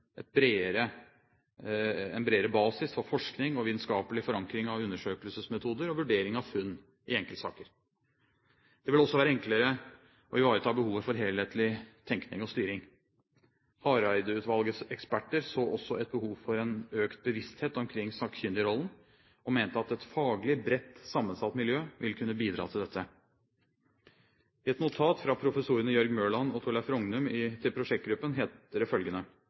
bredere basis for forskning og vitenskapelig forankring av undersøkelsesmetoder og vurdering av funn i enkeltsaker. Det vil også være enklere å ivareta behovet for helhetlig tenkning og styring. Hareide-utvalgets eksperter så også et behov for en økt bevissthet omkring sakkyndigrollen, og mente at et faglig bredt sammensatt miljø ville kunne bidra til dette. I et notat fra professorene Jørg Mørland og Torleiv Rognum til prosjektgruppen heter det følgende: